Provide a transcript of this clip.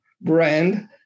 brand